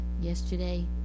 yesterday